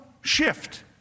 shift